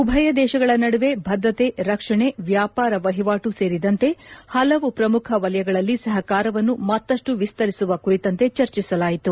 ಉಭಯ ದೇಶಗಳ ನಡುವೆ ಭದ್ರತೆ ರಕ್ಷಣೆ ವ್ಲಾಪಾರ ವಹಿವಾಟು ಸೇರಿದಂತೆ ಹಲವು ಪ್ರಮುಖ ವಲಯಗಳಲ್ಲಿ ಸಹಕಾರವನ್ನು ಮತ್ತಷ್ಟು ವಿಸ್ತರಿಸುವ ಕುರಿತಂತೆ ಚರ್ಚಿಸಲಾಯಿತು